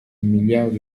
milliards